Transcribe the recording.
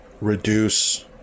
reduce